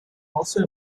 also